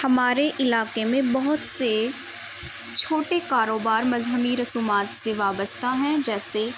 ہمارے علاقے میں بہت سے چھوٹے کاروبار مذہبی رسومات سے وابستہ ہیں جیسے